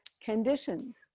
conditions